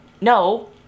no